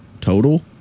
total